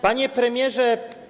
Panie Premierze!